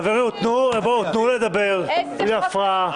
חברים, תנו לו לדבר בלי הפרעה.